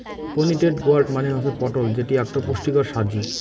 pointed gourd মানে হসে পটল যেটি আকটো পুষ্টিকর সাব্জি